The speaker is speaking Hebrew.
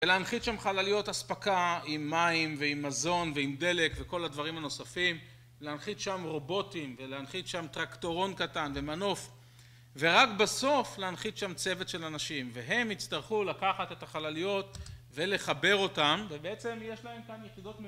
ולהנחית שם חלליות אספקה עם מים ועם מזון ועם דלק וכל הדברים הנוספים להנחית שם רובוטים ולהנחית שם טרקטורון קטן ומנוף ורק בסוף להנחית שם צוות של אנשים והם יצטרכו לקחת את החלליות ולחבר אותן ובעצם יש להם כאן יחידות מיוחדות